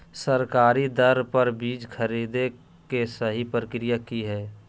सरकारी दर पर बीज खरीदें के सही प्रक्रिया की हय?